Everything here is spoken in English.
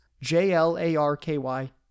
J-L-A-R-K-Y